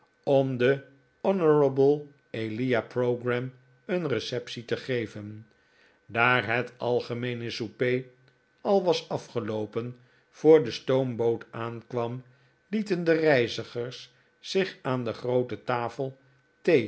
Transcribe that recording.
om den honourable elia pogram een receptie te geven daar het algemeene souper al was afgeloopen voor de stoomboot aankwam lieten de reizigers zich aan de groote tafel